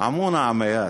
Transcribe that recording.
עמונה עמייאת,